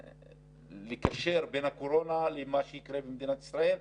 באמת נותן לך לקשר בין הקורונה למה שיקרה במדינת ישראל.